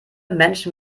menschen